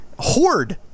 Horde